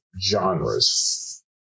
genres